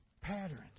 pattern